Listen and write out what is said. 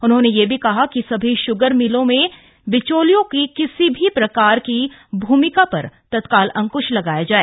उन्होंने कहा कि सभी श्गर मिलों में बिचैलियों की किसी भी प्रकार की भूमिका पर तत्काल अंक्श लगाया जाय